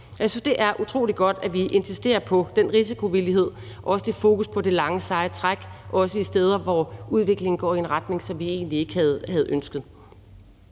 Jeg synes, det er utrolig godt, at vi insisterer på den risikovillighed og også det fokus på det lange seje træk, også steder, hvor udviklingen går i en retning, som vi egentlig ikke havde ønsket.